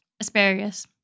Asparagus